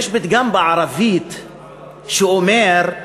יש פתגם בערבית שאומר: